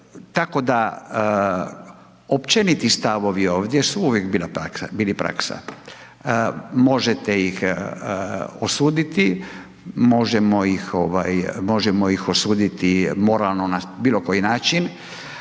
tako da općeniti stavovi ovdje su uvijek bili praksa. Možete ih osuditi, možemo ih osuditi moralno na bilo koji način,